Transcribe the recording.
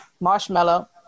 marshmallow